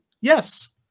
Yes